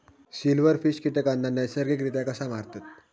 Silverfish कीटकांना नैसर्गिकरित्या कसा मारतत?